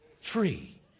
Free